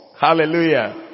hallelujah